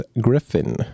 Griffin